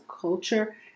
culture